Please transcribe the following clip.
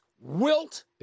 Wilt